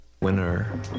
Winner